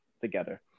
together